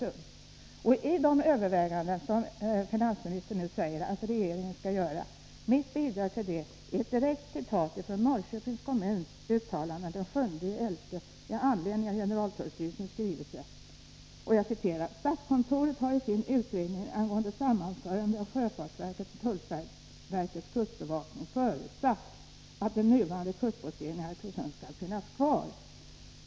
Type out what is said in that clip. Mitt bidrag till de överväganden som finansministern nu säger att regeringen skall göra är ett citat ur Norrköpings kommuns uttalande den 7 november detta år med anledning av generaltullstyrelsens skrivelse. Kommunen anför: ”Statskontoret har i sin utredning angående sammanförande av sjöfartsverket och tullverkets kustbevakning förutsatt att den nuvarande kustposteringen i Arkösund skall finnas kvar.